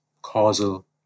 causal